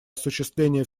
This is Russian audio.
осуществления